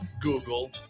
Google